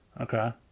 Okay